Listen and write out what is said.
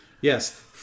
Yes